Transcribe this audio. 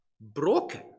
broken